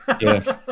Yes